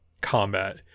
combat